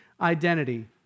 identity